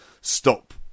stop